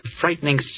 frightening